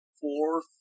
four